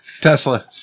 Tesla